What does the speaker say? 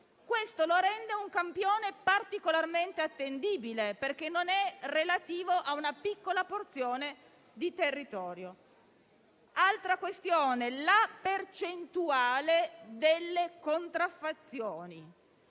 modalità lo rende un campione particolarmente attendibile, perché non è relativo a una piccola porzione di territorio. Altra questione: la percentuale delle contraffazioni